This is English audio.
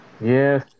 Yes